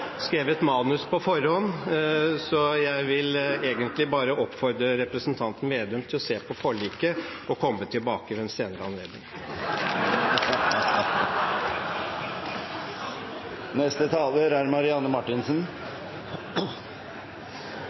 skrevet manuset på forhånd. Så jeg vil egentlig bare oppfordre representanten Slagsvold Vedum til å se på forliket og komme tilbake ved en senere anledning. Replikkordskiftet er